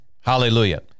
Hallelujah